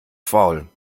faul